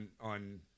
on –